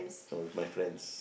no with my friends